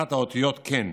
תחת האותיות "כן".